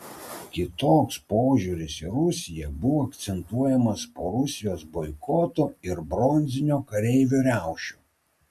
kitoks požiūris į rusiją buvo akcentuojamas po rusijos boikoto ir bronzinio kareivio riaušių